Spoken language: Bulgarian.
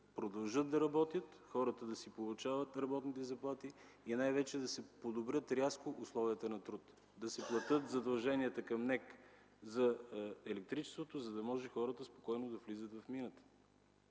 продължат да работят, а хората да получават работните си заплати и най-вече да се подобрят рязко условията на труд, да се платят задълженията към НЕК за електричеството, за да могат те спокойно да влизат в мината.